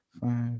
five